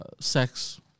sex